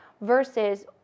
versus